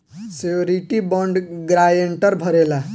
surety bond guarantor भरेला